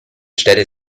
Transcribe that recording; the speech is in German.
städte